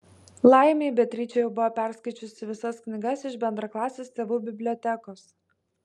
laimei beatričė jau buvo perskaičiusi visas knygas iš bendraklasės tėvų bibliotekos